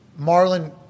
Marlon